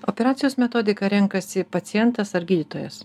operacijos metodiką renkasi pacientas ar gydytojas